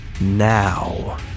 now